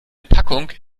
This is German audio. packung